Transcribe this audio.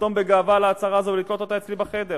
לחתום בגאווה על ההצהרה הזו ולתלות אותה אצלי בחדר.